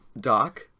doc